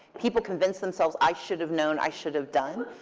people convince themselves, i should have known, i should have done.